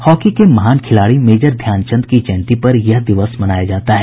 hockey के महान खिलाड़ी मेजर ध्यानचंद की जयंती पर यह दिवस मनाया जाता है